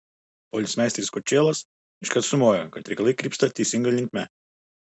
policmeisteris kočėlas iškart sumojo kad reikalai krypsta teisinga linkme